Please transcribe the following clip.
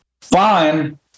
fine